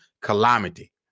calamity